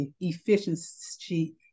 efficiency